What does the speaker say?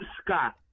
Scott